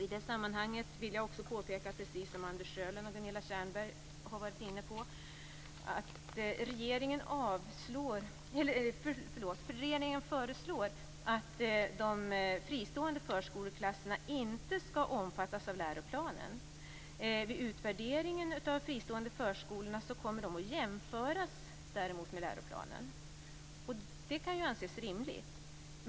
I det sammanhanget vill jag påpeka, precis som Anders Sjölund och Gunilla Tjernberg gjorde tidigare, att regeringen föreslår att de fristående förskoleklasserna inte skall omfattas av läroplanen. Vid utvärderingen av de fristående förskolorna kommer de dock att jämföras med läroplanen. Det kan ju anses rimligt.